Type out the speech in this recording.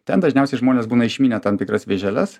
ten dažniausiai žmonės būna išmynę tam tikras vėželes